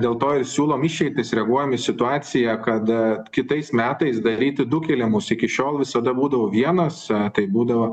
dėl to ir siūlom išeitis reaguojam į situaciją kad kitais metais daryti du kėlimus iki šiol visada būdavo vienas tai būdavo